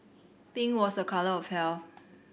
pink was a colour of health